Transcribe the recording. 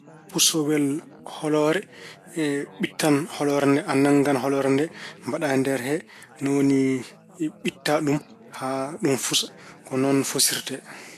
Pusowel holoore, ɓittan holoore- a nanngan holoore nde, mbaɗa e nder he. Ni woni ɓitta ɗum haa ɗum fusa. Ko noon fusirte.